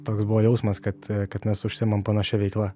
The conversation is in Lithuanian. toks buvo jausmas kad kad mes užsiimam panašia veikla